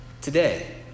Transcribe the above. today